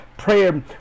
Prayer